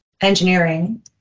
engineering